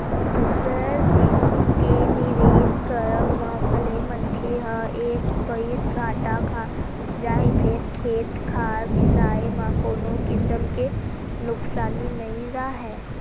दूसर जिनिस के निवेस करब म भले मनखे ह एक पइत घाटा खा जाही फेर खेत खार बिसाए म कोनो किसम के नुकसानी नइ राहय